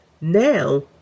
Now